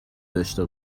داشته